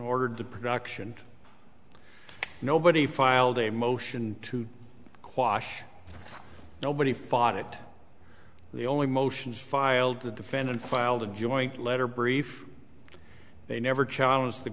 ordered to production nobody filed a motion to quash nobody fought it the only motions filed the defendant filed a joint letter brief they never challenge the